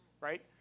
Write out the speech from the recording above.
right